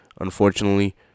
unfortunately